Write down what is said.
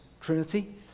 Trinity